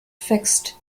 fixed